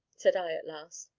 said i at last.